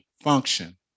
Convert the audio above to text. function